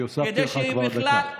כי הוספתי לך כבר דקה.